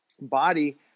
body